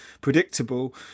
predictable